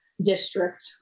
district